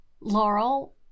Laurel